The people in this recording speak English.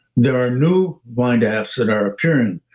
there are new mindapps that are appearing.